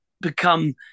become